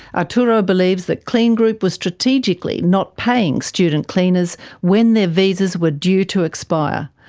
arturo believes that kleen group was strategically not paying student cleaners when their visas were due to expire,